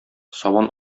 сабан